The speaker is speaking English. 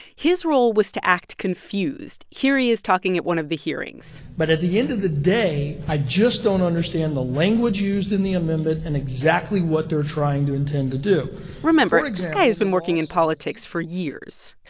his role was to act confused. here he is talking at one of the hearings but at the end of the day, i just don't understand the language used in the amendment and exactly what they're trying to intend to do remember, this guy has been working in politics for years.